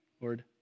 Lord